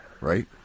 right